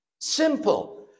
Simple